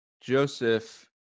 Joseph